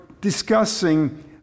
discussing